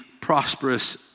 prosperous